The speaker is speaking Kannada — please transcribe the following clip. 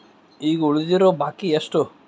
ಈಗ ಉಳಿದಿರೋ ಬಾಕಿ ಎಷ್ಟು?